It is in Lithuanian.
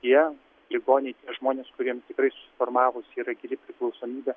tie ligoniai žmonės kuriem suformavus yra priklausomybė